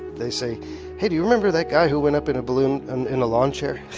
they say hey do you remember that guy who went up in a balloon and in a lawn chair,